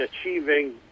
achieving